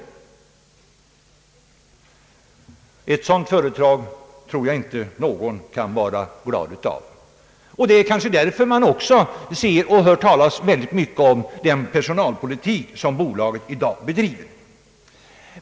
Ett sådant företag tror jag inte att någon kan vara glad åt. Det är kanske därför man ser och hör talas mycket om den personalpolitik som bolaget i dag bedriver.